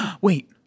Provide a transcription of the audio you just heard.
wait